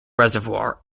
reservoir